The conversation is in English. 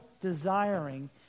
desiring